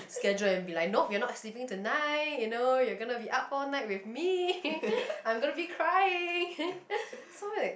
schedule and be like nope we are not sleeping tonight you know you're going to be up all night with me I'm gonna be crying so weird